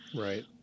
Right